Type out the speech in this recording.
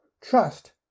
Trust